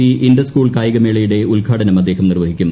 C inter school കായികമേളയുടെ ഉദ്ഘാടനം അദ്ദേഹം നിർവ്വഹിക്കും